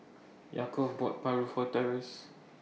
Yaakov bought Paru For Terance